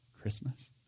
Christmas